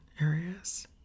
areas